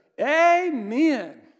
Amen